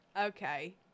okay